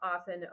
often